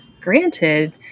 granted